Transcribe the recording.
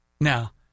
Now